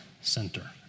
Center